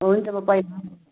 हुन्छ म आफै